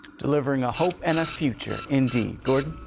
delivering a hope and a future indeed, gordon?